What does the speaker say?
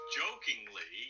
jokingly